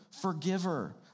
forgiver